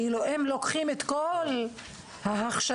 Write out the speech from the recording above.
אם לוקחים את כל ההכשרות,